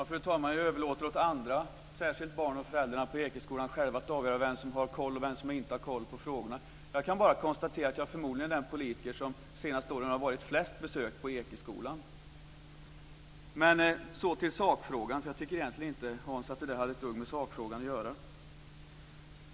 Fru talman! Jag överlåter åt andra, särskilt barn på Ekeskolan och deras föräldrar, att själva avgöra vem som har koll och vem som inte har koll på frågorna. Jag kan bara konstatera att jag förmodligen är den politiker som de senaste åren har gjort flest besök på Så till sakfrågan, för jag tycker egentligen inte, Hans Karlsson, att det där har ett dugg med sakfrågan att göra.